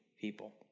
people